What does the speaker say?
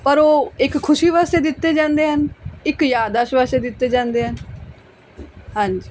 ਪਰ ਉਹ ਇੱਕ ਖੁਸ਼ੀ ਵਾਸਤੇ ਦਿੱਤੇ ਜਾਂਦੇ ਹਨ ਇੱਕ ਯਾਦਆਸ਼ਤ ਵਾਸਤੇ ਦਿੱਤੇ ਜਾਂਦੇ ਆ ਹਾਂਜੀ